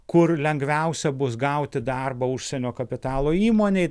kur lengviausia bus gauti darbą užsienio kapitalo įmonėj